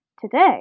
Today